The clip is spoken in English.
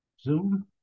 Zoom